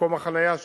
למקום החנייה שלהם,